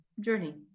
journey